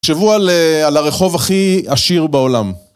תחשבו על הרחוב הכי עשיר בעולם